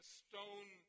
stone